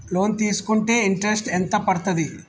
Loan తీస్కుంటే interest ఎంత పడ్తది?